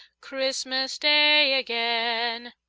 christmas day again.